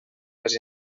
les